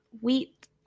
wheat